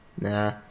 Nah